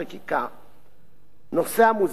נושא המוסדר כיום רק בתקנון הכנסת.